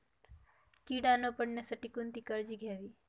कीड न पडण्यासाठी कोणती काळजी घ्यावी?